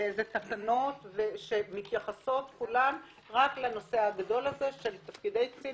באילו תקנות שמתייחסות כולן רק לנושא הגדול הזה של תפקידי קצין